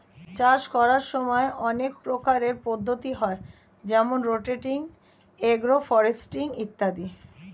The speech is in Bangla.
চাষ করার সময় অনেক প্রকারের পদ্ধতি হয় যেমন রোটেটিং, এগ্রো ফরেস্ট্রি ইত্যাদি